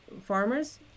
farmers